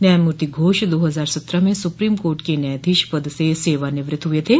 न्यायमूर्ति घोष दो हजार सत्रह में सुपोम कोर्ट के न्यायाधीश पद से सेवानिवृत्त हुए थे